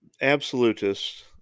absolutists